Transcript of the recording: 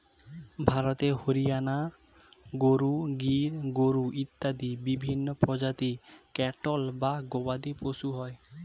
ভারতে হরিয়ানা গরু, গির গরু ইত্যাদি বিভিন্ন প্রজাতির ক্যাটল বা গবাদিপশু হয়